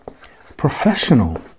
professional